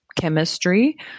chemistry